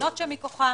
ותקנות מכוחן.